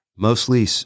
Mostly